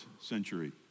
century